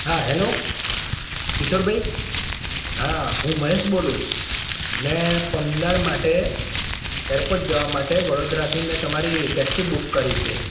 હા હેલો કિશોર ભાઈ હા હું મહેશ બોલું મેં પરમ દિવસ માટે એરપોર્ટ જવા માટે વડોદરાથી મેં તમારી ટેક્સી બુક કરી છે